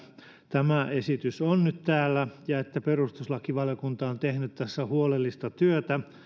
tämä esitys on nyt täällä ja että perustuslakivaliokunta on on tehnyt tässä huolellista työtä